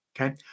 Okay